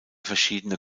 verschiedene